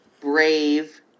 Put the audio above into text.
Brave